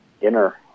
inner